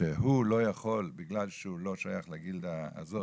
שהוא לא יכול בגלל שהוא לא שייך לגילדה הזאת,